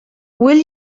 will